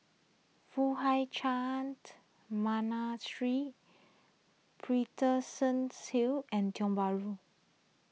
Foo Hai Ch'an Monastery Paterson Hill and Tiong Bahru